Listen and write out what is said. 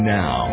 now